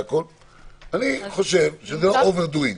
אני חושב שזה over doing.